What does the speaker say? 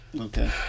Okay